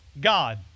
God